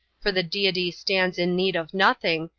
for the deity stands in need of nothing,